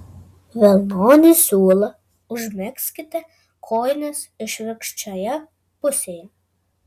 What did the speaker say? vilnonį siūlą užmegzkite kojinės išvirkščioje pusėje